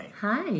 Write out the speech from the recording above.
Hi